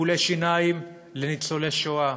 טיפולי שיניים לניצולי השואה,